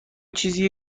چیزیه